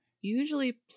usually